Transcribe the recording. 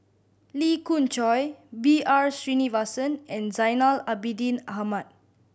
Lee Khoon Choy B R Sreenivasan and Zainal Abidin Ahmad